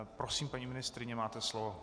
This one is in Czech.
Prosím, paní ministryně, máte slovo.